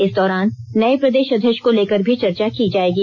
इस दौरान नए प्रदेष अध्यक्ष को लेकर भी चर्चा की जाएगी